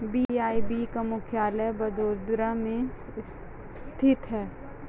BOB का मुख्यालय बड़ोदरा में स्थित है